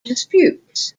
disputes